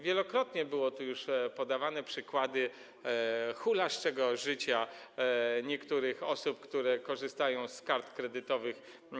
Wielokrotnie były tu już podawane przykłady hulaszczego życia niektórych osób, które korzystają ze służbowych kart kredytowych.